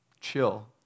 chill